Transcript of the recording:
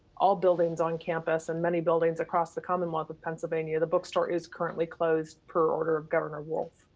all buildings on campus and many buildings across the commonwealth of pennsylvania, the bookstore is currently closed per order of governor wolf.